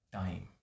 time